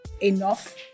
enough